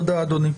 תודה, אדוני.